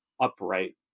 upright